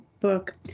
book